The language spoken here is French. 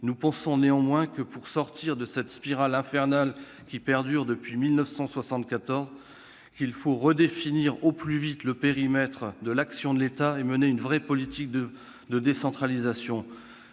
Nous pensons néanmoins que, pour sortir de cette spirale infernale qui perdure depuis 1974, il faut redéfinir au plus vite le périmètre d'action de l'État et mener une vraie politique de décentralisation.